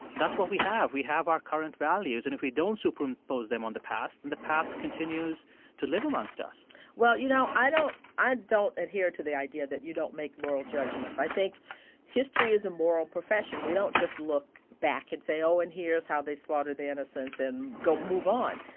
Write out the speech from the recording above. that's what we have. we have our current values, and if we don't superimpose them on the past, then the past continues to live amongst us well, you know, i don't i don't adhere to the idea that you don't make moral judgments. i think history is a moral profession. we don't just look back and say, oh, and here is how they slaughtered the innocents, and go move on.